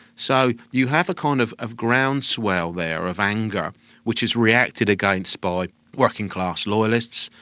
so you have a kind of of groundswell there of anger which is reacted against by working class loyalists,